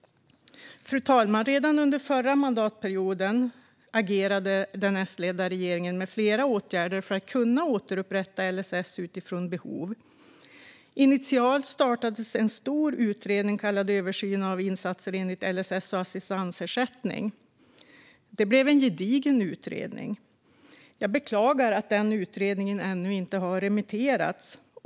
Fru talman! Redan under den förra mandatperioden agerande den Sledda regeringen med flera åtgärder för att kunna återupprätta LSS utifrån behov. Initialt startades en stor utredning kallad Översyn av insatser enligt LSS och assistansersättningen. Det blev en gedigen utredning. Jag beklagar att den inte ännu har remitterats.